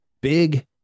big